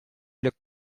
looked